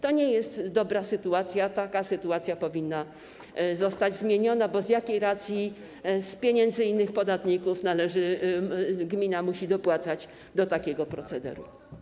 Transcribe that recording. To nie jest dobra sytuacja, taka sytuacja powinna zostać zmieniona, bo z jakiej racji z pieniędzy innych podatników gmina musi dopłacać do takiego procederu.